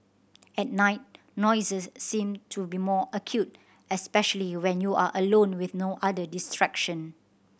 at night noises seem to be more acute especially when you are alone with no other distraction